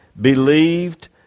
believed